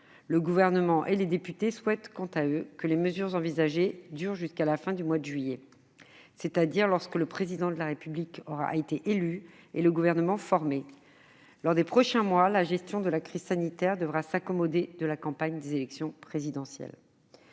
Le Gouvernement et les députés souhaitent, quant à eux, que les mesures envisagées durent jusqu'à la fin du mois de juillet prochain, c'est-à-dire lorsque le Président de la République aura été élu et le gouvernement formé. Lors des prochains mois, la gestion de la crise sanitaire devra s'accommoder de la campagne pour l'élection présidentielle.